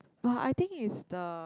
but I think is the